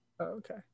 okay